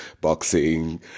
boxing